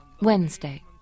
Wednesday